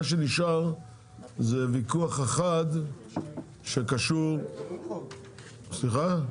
מה שנשאר זה ויכוח אחד שקשור, סליחה?